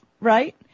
Right